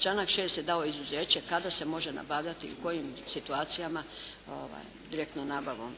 Članak 6. je dao izuzeće kada se može nabavljati, u kojim situacijama direktnom nabavom